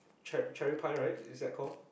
cher~ cherry pie right is it that called